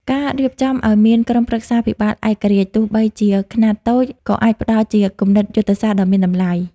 ការរៀបចំឱ្យមាន "ក្រុមប្រឹក្សាភិបាលឯករាជ្យ" ទោះបីជាខ្នាតតូច ក៏អាចផ្ដល់ជាគំនិតយុទ្ធសាស្ត្រដ៏មានតម្លៃ។